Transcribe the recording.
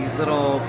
little